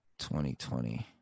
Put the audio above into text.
2020